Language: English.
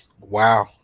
Wow